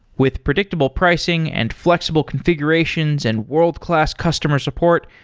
with predictable pricing and fl exible confi gurations and world-class customer support,